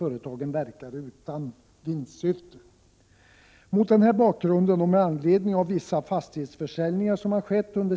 1987/88:46 och att företagen verkar utan vinstsyfte.